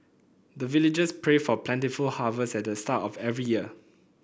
the villagers pray for plentiful harvest at the start of every year